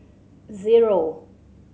zero